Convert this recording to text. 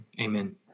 Amen